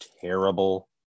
terrible